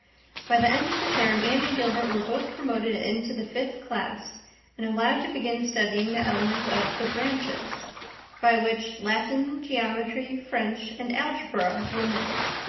by the end of the term anne and gilbert were both promoted into the fifth class and allowed to begin studying the elements of the branches by which latin, geometry, french, and algebra were meant.